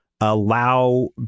allow